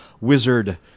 wizard